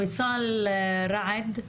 ויסאל רעד,